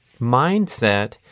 mindset